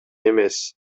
эмес